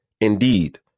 Indeed